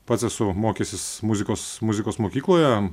pats esu mokęsis muzikos muzikos mokykloje